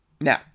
Now